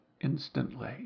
instantly